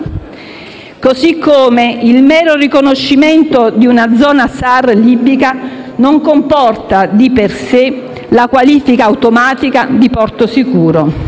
Così come il mero riconoscimento di una zona SAR libica non comporta, di per sé, la qualifica automatica di porto sicuro,